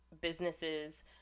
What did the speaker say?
businesses